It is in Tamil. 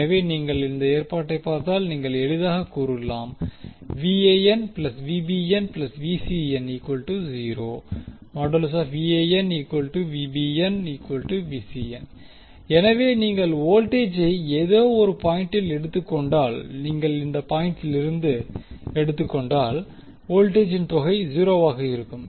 எனவே நீங்கள் இந்த ஏற்பாட்டை பார்த்தால் நீங்கள் எளிதாக கூறலாம் எனவே நீங்கள் வோல்டேஜை ஏதோ ஒரு பாயிண்டில் எடுத்துக்கொண்டால் நீங்கள் இந்த பாயிண்ட்டிலிருந்து எடுத்துக்கொண்டால் வோல்டேஜின் தொகை 0 வாக இருக்கும்